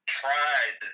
tried